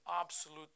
absolute